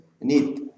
need